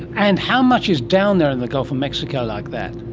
and how much is down there in the gulf of mexico like that?